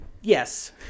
Yes